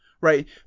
Right